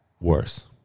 Worse